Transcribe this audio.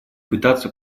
пытаться